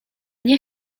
nie